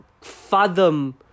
fathom